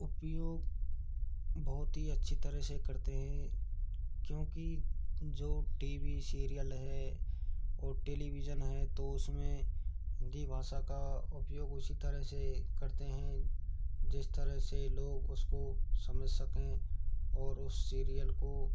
उपयोग बहुत ही अच्छी तरह से करते हैं क्योंकि जो टी वी सीरियल है और टेलीविजन है तो उस में हिंदी भाषा का उपयोग उसी तरह से करते हैं जिस तरह से लोग उसको समझ सकें और उस सीरियल को